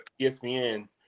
ESPN